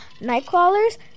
Nightcrawlers